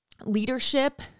leadership